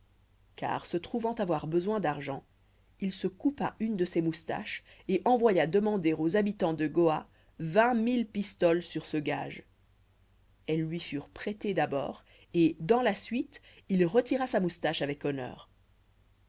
car se trouvant avoir besoin d'argent il se coupa une de ses moustaches et envoya demander aux habitants de goa vingt mille pistoles sur ce gage elles lui furent prêtées d'abord et dans la suite il retira sa moustache avec honneur